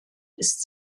ist